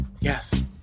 Yes